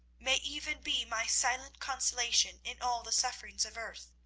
may even be my silent consolation in all the sufferings of earth.